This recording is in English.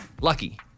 lucky